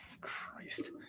christ